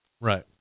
Right